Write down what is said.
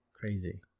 crazy